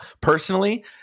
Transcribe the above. personally